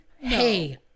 Hey